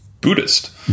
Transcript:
Buddhist